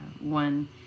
one